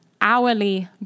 hourly